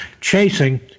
chasing